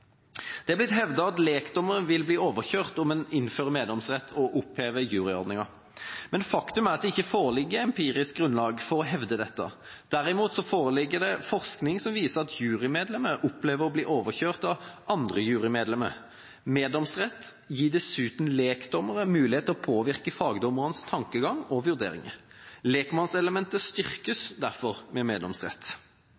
Det har blitt hevdet at lekdommere vil bli overkjørt om man innfører meddomsrett og opphever juryordningen, men faktum er at det ikke foreligger empirisk grunnlag for å hevde dette. Derimot foreligger det forskning som viser at jurymedlemmer opplever å bli overkjørt av andre jurymedlemmer. Meddomsrett gir dessuten lekdommerne mulighet til å påvirke fagdommernes tankegang og vurderinger. Lekmannselementet styrkes